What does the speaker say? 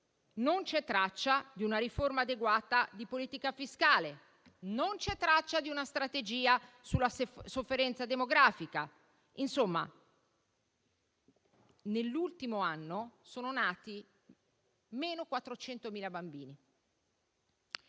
non c'è traccia di una riforma adeguata di politica fiscale. Non c'è traccia neppure di una strategia sulla sofferenza demografica. Nell'ultimo anno sono nati 400.000 bambini